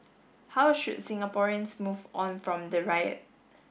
how should Singaporeans move on from the riot